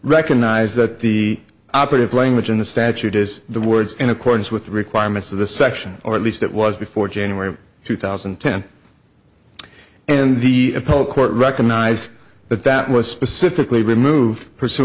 recognized that the operative language in the statute is the words in accordance with the requirements of the section or at least it was before january two thousand and ten and the full court recognized that that was specifically removed pursu